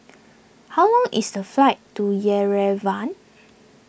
how long is the flight to Yerevan